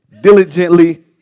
diligently